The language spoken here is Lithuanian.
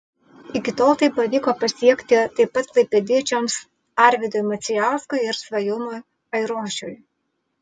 iki tol tai pavyko pasiekti taip pat klaipėdiečiams arvydui macijauskui ir svajūnui airošiui